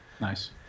Nice